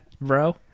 bro